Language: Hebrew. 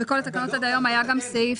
בכל התקנות עד היום היה גם סעיף.